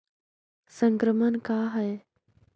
संक्रमण का है?